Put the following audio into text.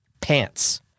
pants